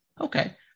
okay